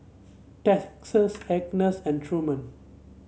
Texas Agness and Truman